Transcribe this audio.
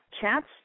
cats